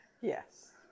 Yes